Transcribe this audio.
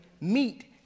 meet